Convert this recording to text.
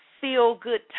feel-good